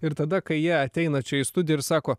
ir tada kai jie ateina čia į studiją ir sako